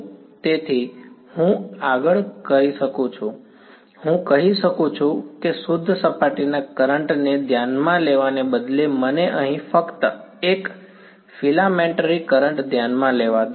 તેથી હું આ આગળ કરી શકું છું હું કહી શકું છું કે શુદ્ધ સપાટીના કરંટ ને ધ્યાનમાં લેવાને બદલે મને અહીં ફક્ત એક ફિલામેન્ટરી કરંટ ધ્યાનમાં લેવા દો